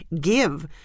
give